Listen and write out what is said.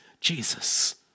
Jesus